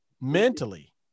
mentally